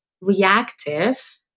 reactive